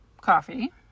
coffee